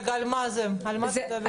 על מה את מדברת?